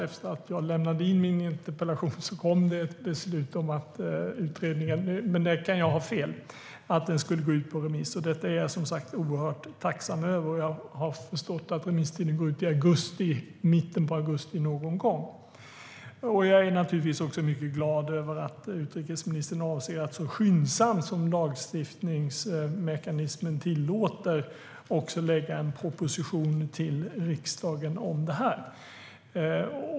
Efter att jag lämnade in min interpellation kom ett beslut om att utredningen - men där kan jag ha fel - skulle gå ut på remiss. Detta är jag oerhört tacksam för. Jag har förstått att remisstiden går ut i mitten av augusti. Jag är naturligtvis också mycket glad över att utrikesministern avser att så skyndsamt som lagstiftningsmekanismen tillåter också lägga fram en proposition till riksdagen.